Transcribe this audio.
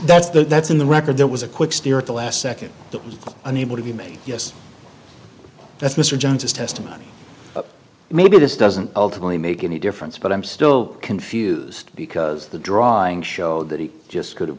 that's the that's in the record there was a quick steer at the last second that was unable to be made yes that's mr jones's testimony maybe this doesn't ultimately make any difference but i'm still confused because the drawing showed that he just could